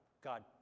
God